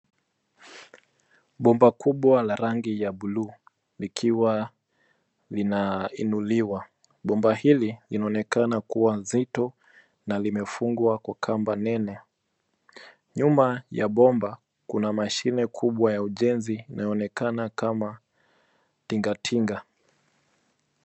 Bomba kubwa la rangi ya buluu likiwa linainuliwa .Bomba hili linaonekana kuwa nzito na limefungwa kwa kamba nene. Nyuma ya bomba, kuna mashine kubwa ya ujenzi inayoonekana kama tingatinga.